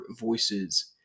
voices